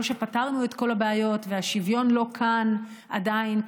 שפתרנו את כל הבעיות והשוויון לא כאן עדיין,